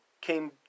came